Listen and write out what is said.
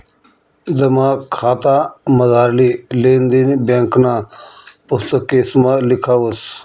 जमा खातामझारली लेन देन ब्यांकना पुस्तकेसमा लिखावस